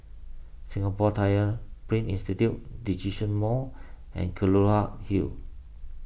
Singapore Tyler Print Institute Djitsun Mall and Kelulut Hill